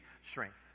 strength